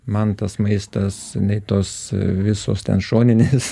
man tas maistas nei tos visos ten šoninės